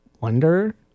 wonder